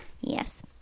Yes